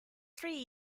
three